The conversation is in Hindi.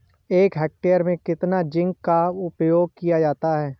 एक हेक्टेयर में कितना जिंक का उपयोग किया जाता है?